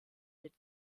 mit